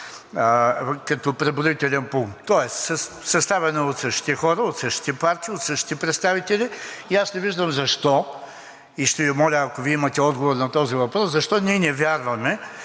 като преброителен пункт, тоест, съставено е от същите хора, от същите партии, от същите представители. И аз не виждам защо – и ще Ви моля, ако Вие имате отговор на този въпрос, защо ние не вярваме